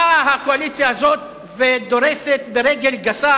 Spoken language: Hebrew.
באה הקואליציה הזאת ודורסת ברגל גסה